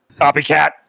copycat